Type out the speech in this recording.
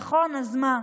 נכון, אז מה.